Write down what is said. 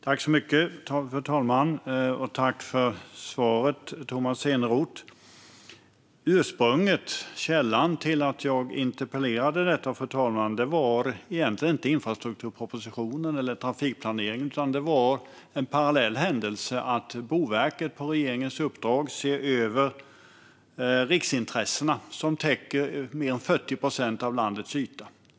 Fru talman! Tack, Tomas Eneroth, för svaret! Ursprunget och källan till att jag skrev min interpellation var egentligen inte infrastrukturpropositionen eller trafikplaneringen, utan det var en parallell händelse. Boverket hade på regeringens uppdrag sett över riksintressena, som täcker mer än 40 procent av landets yta.